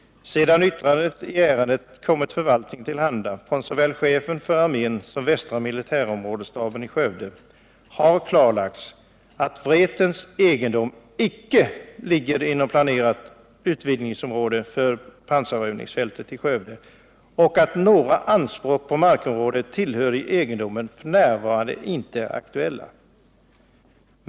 Sedan yttranden i ärendet kommit förvaltningen till handa från såväl chefen för armén som västra militärområdesstaben i Skövde har klarlagts, att Vretens egendom icke ligger inom planerat utvidgningsområde för pansarövningsfältet i Skövde och några anspråk på markområden tillhöriga egendomen för närvarande inte är aktuella.